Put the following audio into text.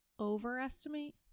overestimate